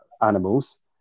animals